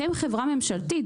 אתם חברה ממשלתית